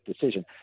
decision